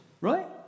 right